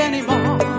Anymore